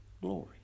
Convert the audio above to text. glory